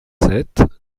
sept